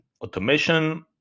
automation